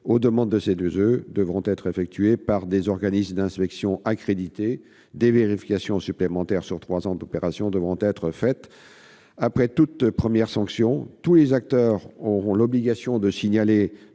aux demandes de CEE devront être effectués par des organismes d'inspection accrédités ; des vérifications supplémentaires sur trois ans d'opérations devront être faites après toute première sanction ; tous les acteurs auront l'obligation de signaler